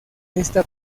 esta